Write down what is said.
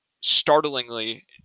startlingly